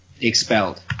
Expelled